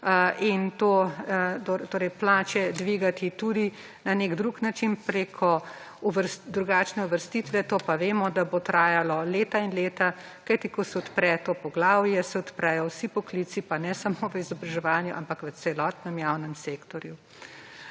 torej, plače dvigati tudi na nek drug način, preko drugačne uvrstitve. To pa vemo, da bo trajalo leta in leta, kajti ko se odpre to poglavje, se odprejo vsi poklici, pa ne samo v izobraževanju, ampak v celotnem javnem sektorju.